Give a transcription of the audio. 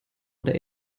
oder